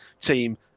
team